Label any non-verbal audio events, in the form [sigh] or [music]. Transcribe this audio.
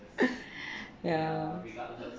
[laughs] ya